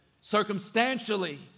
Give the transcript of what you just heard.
Circumstantially